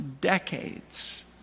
decades